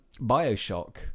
Bioshock